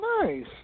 Nice